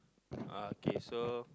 uh okay so